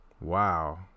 Wow